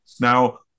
Now